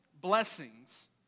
blessings